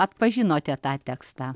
atpažinote tą tekstą